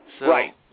Right